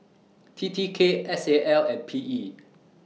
T T K S A L and P E